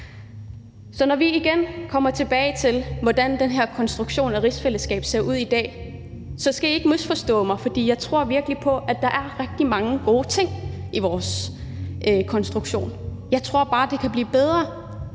Så når vi igen kommer tilbage til, hvordan den her konstruktion af rigsfællesskabet ser ud i dag, skal I ikke misforstå mig, for jeg tror virkelig på, at der er rigtig mange gode ting i vores konstruktion, men jeg tror bare, det kan blive bedre.